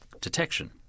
detection